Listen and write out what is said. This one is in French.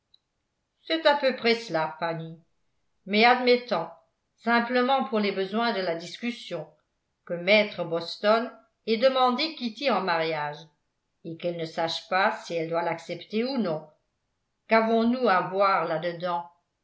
c'est à peu près cela fanny mais admettant simplement pour les besoins de la discussion que maître boston ait demandé kitty en mariage et qu'elle ne sache pas si elle doit l'accepter ou non qu'avons-nous à voir là-dedans